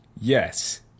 Yes